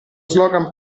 slogan